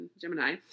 Gemini